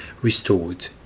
restored